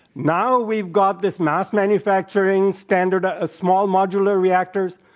now, we've got this mass-manufacturing standard, ah small modular reactors.